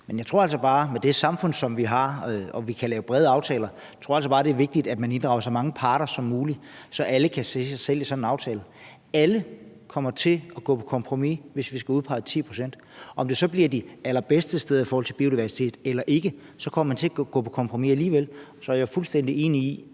der har værdi. Men med det samfund, som vi har, og idet vi kan lave brede aftaler, tror jeg altså bare, det er vigtigt, at man inddrager så mange parter som muligt, så alle kan se sig selv i sådan en aftale. Alle kommer til at gå på kompromis, hvis vi skal udpege 10 pct. Om det så bliver de allerbedste steder i forhold til biodiversitet eller ikke, kommer man til at gå på kompromis alligevel. Og så er jeg fuldstændig enig i,